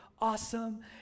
awesome